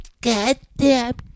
goddamn